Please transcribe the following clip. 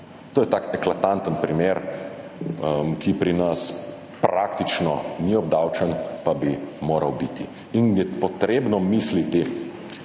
To je tak eklatanten primer, ki pri nas praktično ni obdavčen, pa bi moral biti, in je potrebno misliti